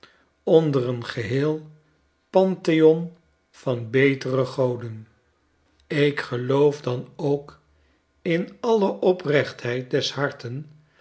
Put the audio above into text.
onder een geheel pantheon van betere goden ik geloof dan ook in alle oprechtheid des harten